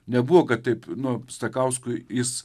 nebuvo kad taip nu stakauskui jis